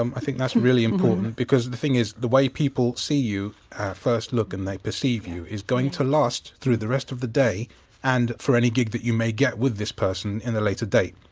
um i think that's really important because the thing is the way people see you at first look and they perceive you is going to last through the rest of the day and for any gig that you may get with this person in a later date.